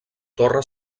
torre